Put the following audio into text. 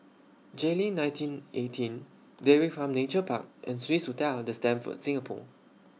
Jayleen nineteen eighteen Dairy Farm Nature Park and Swissotel The Stamford Singapore